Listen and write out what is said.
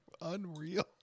Unreal